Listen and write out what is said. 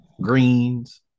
greens